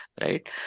right